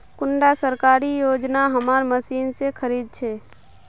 कुंडा सरकारी योजना हमार मशीन से खरीद छै?